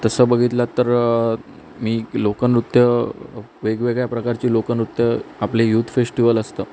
तसं बघितलं तर मी क लोकनृत्य वेगवेगळ्या प्रकारची लोकनृत्य आपले युथ फेष्टिवल असतं